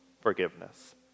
forgiveness